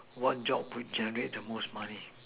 what job would generate the most money